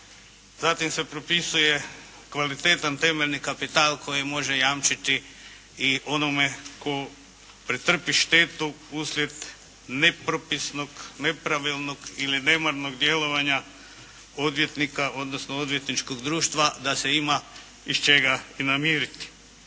zatim se propisuje kvalitetan temeljni kapital koji može jamčiti i onome tko pretrpi štetu uslijed nepropisnog, nepravilnog ili nemarnog djelovanja odvjetnika odnosno odvjetničkog društva da se ima iz čega i namiriti.